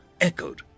echoed